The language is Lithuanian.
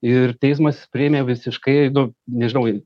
ir teismas priėmė visiškai nu nežinau